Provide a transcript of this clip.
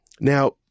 Now